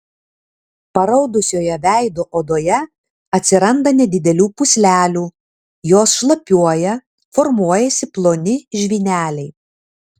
paraudusioje veido odoje atsiranda nedidelių pūslelių jos šlapiuoja formuojasi ploni žvyneliai